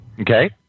Okay